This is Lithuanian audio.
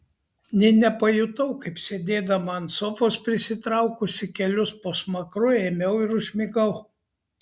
nė nepajutau kaip sėdėdama ant sofos prisitraukusi kelius po smakru ėmiau ir užmigau